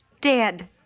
Dead